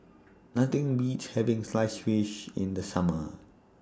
Nothing Beats having Sliced Fish in The Summer